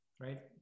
right